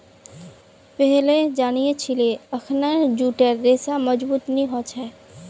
पहिलेल जानिह छिले अखना जूटेर रेशा मजबूत नी ह छेक